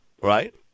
Right